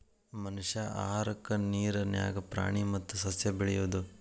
ಮನಷ್ಯಾ ಆಹಾರಕ್ಕಾ ನೇರ ನ್ಯಾಗ ಪ್ರಾಣಿ ಮತ್ತ ಸಸ್ಯಾ ಬೆಳಿಯುದು